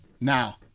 Now